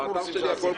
באתר שלי הכול כתוב.